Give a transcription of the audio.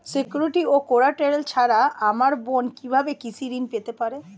Security ও collateral ছাড়া আমার বোন কিভাবে কৃষি ঋন পেতে পারে?